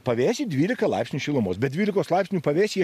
pavėsy dvylika laipsnių šilumos bet dvylikos laipsnių pavėsyje